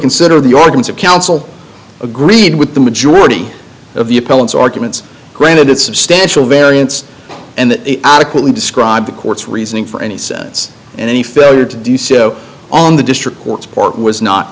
considered the organs of counsel agreed with the majority of the appellant arguments granted it's substantial variance and adequately describe the court's reasoning for any sentence and any failure to do so on the district court support was not